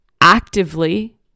actively